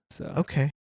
Okay